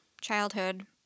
childhood